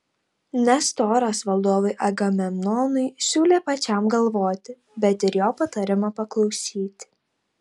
nestoras valdovui agamemnonui siūlė pačiam galvoti bet ir jo patarimo paklausyti